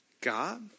God